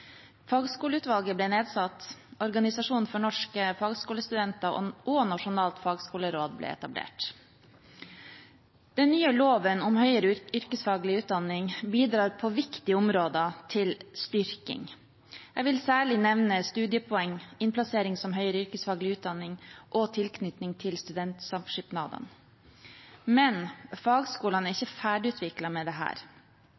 Fagskoleutvalget ble nedsatt, Organisasjon for norske fagskolestudenter og Nasjonalt fagskoleråd ble etablert. Den nye loven om høyere yrkesfaglig utdanning bidrar på viktige områder til styrking. Jeg vil særlig nevne studiepoeng, innplassering som høyere yrkesfaglig utdanning og tilknytning til studentsamskipnadene. Men fagskolene er